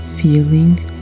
feeling